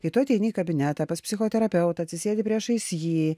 kai tu ateini į kabinetą pas psichoterapeutą atsisėdi priešais jį